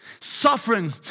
suffering